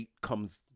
comes